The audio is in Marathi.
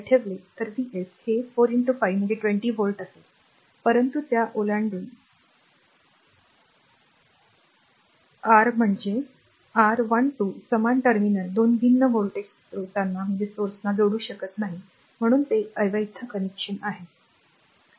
ठेवले तर V s हे 4 5 म्हणजे 20 व्होल्ट असेल परंतु त्या ओलांडून r आहे म्हणा r 1 2 समान टर्मिनल 2 भिन्न व्होल्टेज स्त्रोतांना जोडू शकत नाही म्हणून हे अवैध कनेक्शन आहे